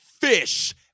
fish